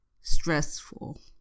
stressful